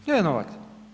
Gdje je novac?